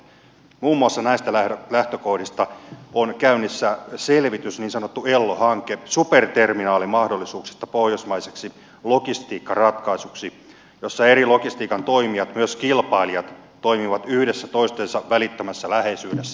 muun muassa näistä lähtökohdista on käynnissä selvitys niin sanottu ello hanke superterminaalista mahdol lisuuksista pohjoismaiseksi logistiikkaratkaisuksi jossa eri logistiikan toimijat myös kilpailijat toimivat yhdessä toistensa välittömässä läheisyydessä